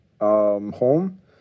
home